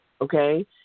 Okay